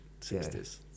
60s